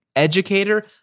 Educator